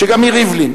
שגם היא ריבלין,